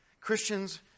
Christians